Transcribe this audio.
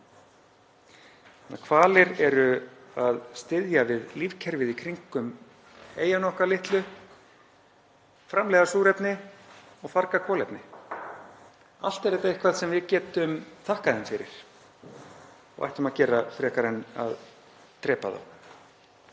hvalir eru að styðja við lífkerfið í kringum eyjuna okkar litlu, framleiða súrefni og farga kolefni. Allt er þetta eitthvað sem við getum þakkað þeim fyrir og ættum að gera frekar en að drepa þá.